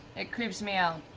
it creeps me out.